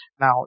now